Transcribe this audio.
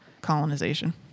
colonization